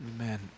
Amen